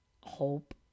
hope